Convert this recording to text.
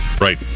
Right